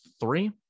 three